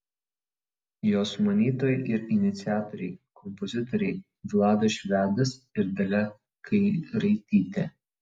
jo sumanytojai ir iniciatoriai kompozitoriai vladas švedas ir dalia kairaitytė